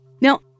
Now